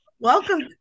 Welcome